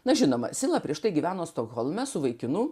na žinoma sila prieš tai gyveno stokholme su vaikinu